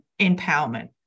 empowerment